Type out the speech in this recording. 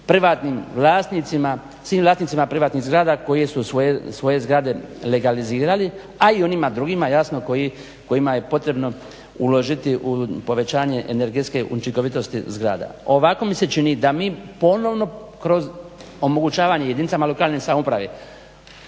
privatnim vlasnicima, svim vlasnicima privatnih zgrada koje su svoje zgrade legalizirali, a i onima drugima jasno kojima je potrebno uložiti u povećanje energetske učinkovitosti zgrada. Ovako mi se čini da mi ponovno kroz omogućavanje jedinicama lokalne samouprave,